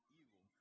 evil